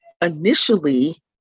initially